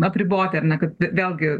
apriboti ar ne kad ve vėlgi